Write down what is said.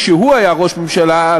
כשהוא היה ראש הממשלה,